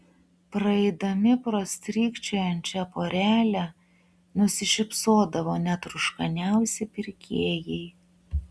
praeidami pro strykčiojančią porelę nusišypsodavo net rūškaniausi pirkėjai